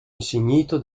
insignito